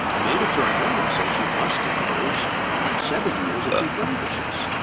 a mandatory minimum says, you must impose seven years if he brandishes.